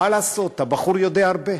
מה לעשות, הבחור יודע הרבה.